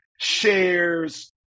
shares